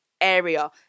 area